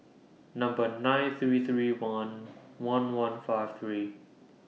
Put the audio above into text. Number nine three three one one one five three